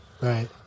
Right